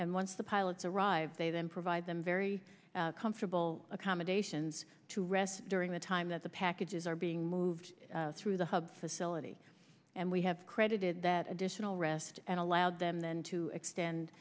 and once the pilots arrive they then provide them very comfortable accommodations to rest during the time that the packages are being moved through the hub facility and we have credited that additional rest and allowed them then to extend